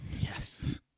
Yes